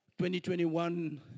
2021